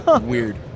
Weird